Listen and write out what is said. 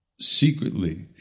secretly